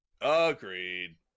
Agreed